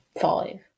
five